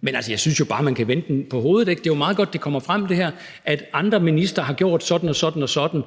Men altså, jeg synes jo bare, at man kan vende den på hovedet. Det er jo meget godt, at det her kommer frem, altså at andre ministre har gjort sådan og sådan.